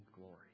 glory